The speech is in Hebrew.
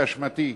באשמתי,